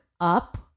up